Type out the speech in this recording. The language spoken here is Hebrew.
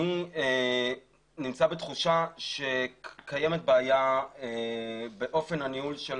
אני נמצא בתחושה שקיימת בעיה באופן הניהול של